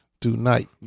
tonight